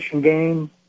game